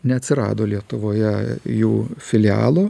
neatsirado lietuvoje jų filialų